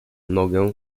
nogę